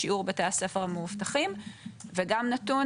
את שיעור בתי הספר המאובטחים וגם נתון